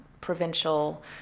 provincial